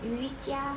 瑜伽